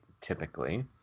typically